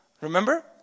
remember